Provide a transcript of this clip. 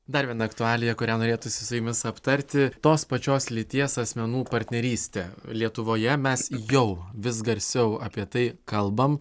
dar viena aktualija kurią norėtųsi su jumis aptarti tos pačios lyties asmenų partnerystę lietuvoje mes jau vis garsiau apie tai kalbam